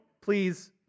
please